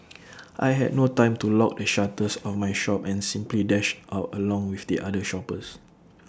I had no time to lock the shutters of my shop and simply dashed out along with the other shoppers